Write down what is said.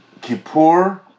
Kippur